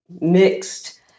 mixed